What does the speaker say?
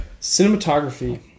Cinematography